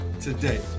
today